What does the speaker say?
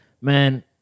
man